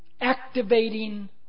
activating